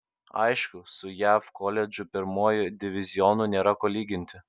aišku su jav koledžų pirmuoju divizionu nėra ko lyginti